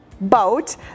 boat